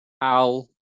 Al